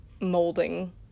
molding